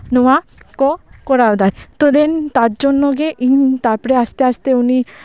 ᱱᱚᱶᱟ ᱠᱚ ᱠᱚᱨᱟᱣ ᱮᱫᱟᱭ ᱛᱳ ᱫᱮᱱ ᱛᱟᱨ ᱡᱚᱱᱱᱚ ᱜᱮ ᱤᱧ ᱟᱥᱛᱮ ᱟᱥᱛᱮ ᱩᱱᱤ